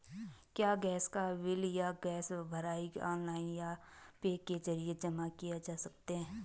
क्या गैस का बिल या गैस भराई ऑनलाइन या ऐप के जरिये जमा किये जा सकते हैं?